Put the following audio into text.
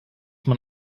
man